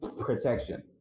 protection